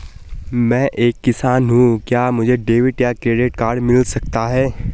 मैं एक किसान हूँ क्या मुझे डेबिट या क्रेडिट कार्ड मिल सकता है?